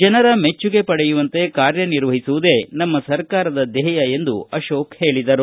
ಜನರ ಮೆಚ್ಚುಗೆ ಪಡೆಯುವಂತೆ ಕಾರ್ಯ ನಿರ್ವಹಿಸುವುದೇ ನಮ್ಮ ಸರ್ಕಾರದ ಧ್ಯೇಯ ಎಂದು ಅವರು ಹೇಳಿದರು